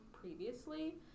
previously